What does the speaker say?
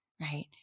right